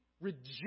reject